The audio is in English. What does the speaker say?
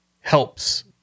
helps